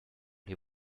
les